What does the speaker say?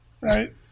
right